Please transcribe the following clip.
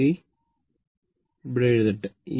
കാത്തിരിക്കൂ ഇവിടെ എഴുതട്ടെ